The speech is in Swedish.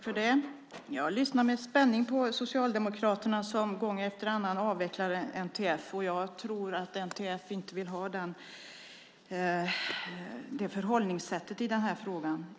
Herr talman! Jag lyssnar med spänning på Socialdemokraterna som gång efter annan vill avveckla NTF. Jag tror inte att NTF vill ha det förhållningssättet i frågan.